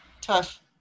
Tough